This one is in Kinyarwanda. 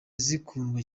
zikundwa